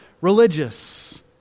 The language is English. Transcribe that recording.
religious